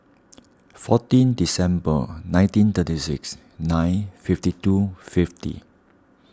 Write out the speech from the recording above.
fourteen December nineteen thirty six nine fifty two fifty